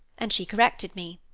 and she corrected me.